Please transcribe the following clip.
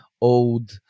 old